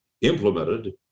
implemented